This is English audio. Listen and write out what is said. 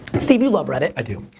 steve you love reddit. i do.